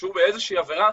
שהורשעו באיזה שהיא עבירה,